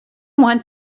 want